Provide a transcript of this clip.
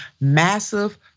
massive